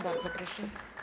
Bardzo proszę.